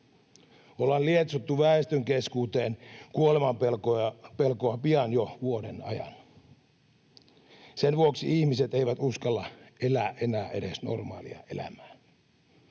Ollaan lietsottu väestön keskuuteen kuolemanpelkoa pian jo vuoden ajan. Sen vuoksi ihmiset eivät uskalla elää enää edes normaalia elämää.